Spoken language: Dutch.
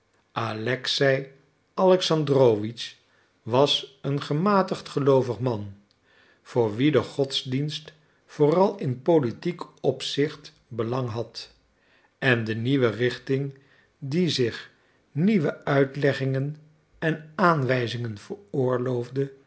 alexei alexandrowitsch was een gematigd geloovig man voor wien de godsdienst vooral in politiek opzicht belang had en de nieuwe richting die zich nieuwe uitleggingen en aanwijzingen